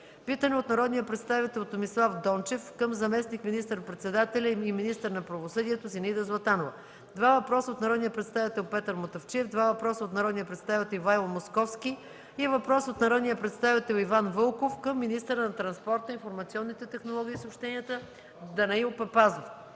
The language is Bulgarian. питане от народния представител Томислав Дончев към заместник министър-председателя и министър на правосъдието Зинаида Златанова; - два въпроса от народния представител Петър Мутафчиев, два въпроса от народния представител Ивайло Московски и въпрос от народния представител Иван Вълков – към министъра на транспорта, информационните технологии и съобщенията Данаил Папазов;